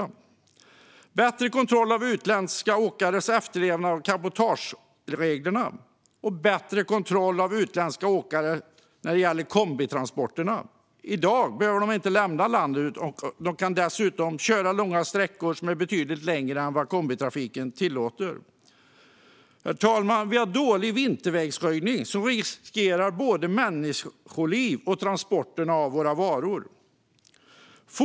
Det behövs bättre kontroll av utländska åkares efterlevnad av cabotagereglerna och bättre kontroll av utländska åkare när det gäller kombitransporterna. I dag behöver de inte lämna landet. De kan dessutom köra sträckor som är betydligt längre än vad kombitrafiken tillåter. Herr talman! Vi har dålig vintervägröjning, som innebär risker för både människoliv och transporter av våra varor.